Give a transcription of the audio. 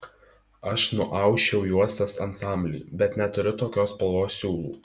aš nuausčiau juostas ansambliui bet neturiu tokios spalvos siūlų